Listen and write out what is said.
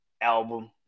album